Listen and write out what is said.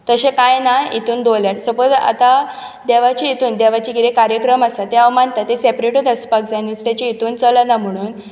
तशें काय ना हितून दवरल्यार सपोज आता देवाचे हितून देवाचे कितें कार्यक्रम आसा ते हांव मानतात ते सेपरेटूच आसपाक जाय निस्त्याचे हितून चलना म्हणून